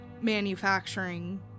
manufacturing